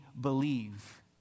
believe